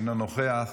אינו נוכח,